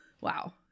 wow